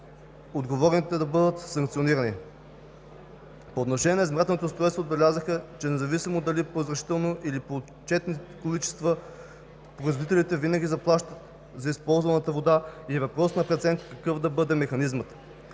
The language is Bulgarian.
отговорните да бъдат санкционирани. По отношение на измервателните устройства отбелязаха, че независимо дали по разрешително или по отчетени количества производителите винаги заплащат за използваната вода и е въпрос на преценка какъв да бъде механизмът.